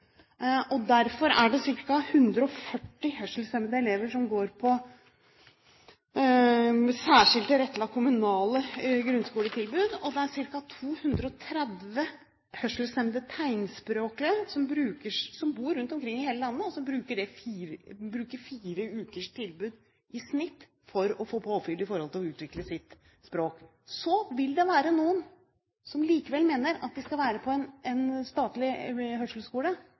tidligere. Derfor er det ca. 140 hørselshemmede elever som får særskilt tilrettelagte kommunale grunnskoletilbud, og det er ca. 230 hørselshemmede tegnspråklige som bor rundt omkring i hele landet, som bruker fire ukers tilbud i snitt for å få påfyll for å utvikle sitt språk. Så vil det være noen som likevel mener at de skal være på en statlig